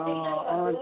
অঁ